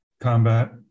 combat